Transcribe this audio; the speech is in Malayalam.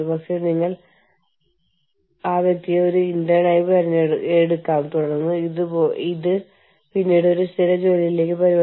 ഇപ്പോൾ യൂണിയനുകൾക്കും അന്താരാഷ്ട്ര യൂണിയനുകൾക്കും തോന്നുന്നത് മൾട്ടി നാഷണൽ എന്റർപ്രൈസസ് വേതന നിരക്ക് കുറവുള്ള രാജ്യങ്ങളിൽ മനഃപൂർവ്വം ജോലി നോക്കുന്നു എന്നാണ്